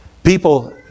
people